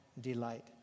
delight